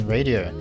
Radio